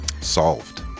Solved